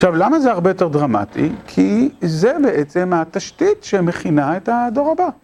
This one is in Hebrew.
עכשיו, למה זה הרבה יותר דרמטי? כי זה בעצם התשתית שמכינה את הדור הבא.